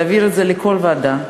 להעביר את זה לכל ועדה,